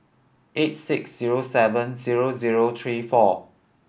eight six zero seven zero zero three four